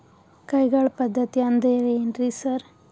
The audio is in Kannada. ಕೈಗಾಳ್ ಪದ್ಧತಿ ಅಂದ್ರ್ ಏನ್ರಿ ಸರ್?